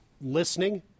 listening